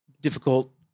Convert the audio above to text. difficult